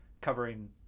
covering